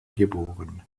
geboren